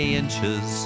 inches